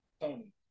Tony